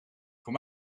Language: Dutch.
voor